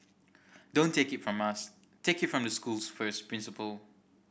don't take it from us take it from the school's first principal